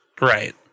Right